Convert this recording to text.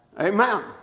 Amen